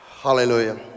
Hallelujah